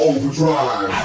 Overdrive